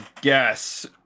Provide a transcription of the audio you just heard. guess